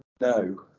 No